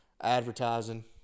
advertising